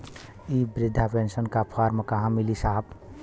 इ बृधा पेनसन का फर्म कहाँ मिली साहब?